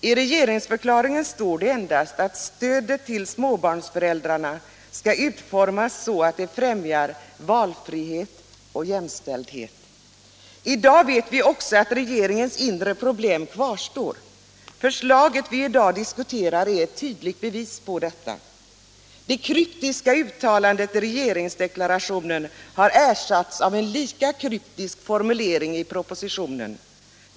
I regeringsförklaringen står endast att stödet till småbarnsföräldrar skall utformas så att det främjar valfrihet och jämställdhet. I dag vet vi också att regeringens inre problem kvarstår. Det förslag vi i dag diskuterar är ett tydligt bevis på detta. Det kryptiska uttalandet i regeringsdeklarationen har ersatts av en lika kryptisk förklaring i propositionen.